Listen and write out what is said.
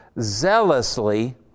zealously